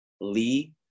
Lee